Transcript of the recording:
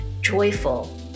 joyful